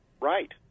right